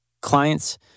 clients